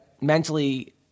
mentally